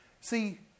See